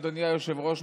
אדוני היושב-ראש,